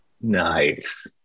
Nice